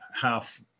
half